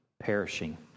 perishing